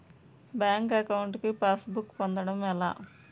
Bank account కి passbook పొందడం ఎలా?